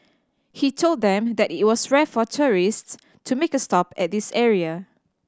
he told them that it was rare for tourists to make a stop at this area